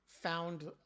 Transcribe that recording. found